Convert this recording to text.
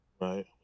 Right